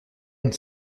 une